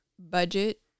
Budget